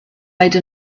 made